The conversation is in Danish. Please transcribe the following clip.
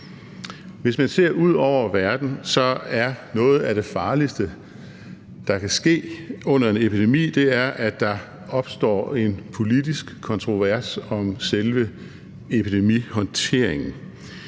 Hvis man ser ud over verden, er noget af det farligste, der kan ske under en epidemi, at der opstår en politisk kontrovers om selve epidemihåndteringen.